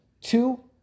Two